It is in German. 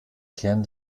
kern